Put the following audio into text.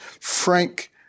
frank